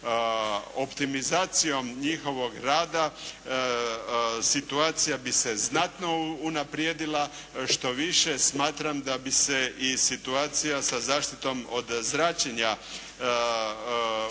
optimizacijom njihovog rada situacija bi se znatno unaprijedila. Štoviše, smatram da bi se i situacija sa zaštitom od zračenja u